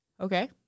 Okay